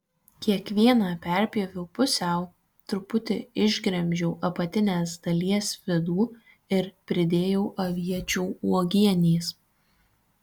kiekvieną perpjoviau pusiau truputį išgremžiau apatinės dalies vidų ir pridėjau aviečių uogienės